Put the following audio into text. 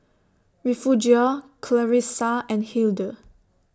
Refugio Clarissa and Hildur